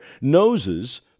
Noses